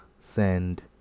send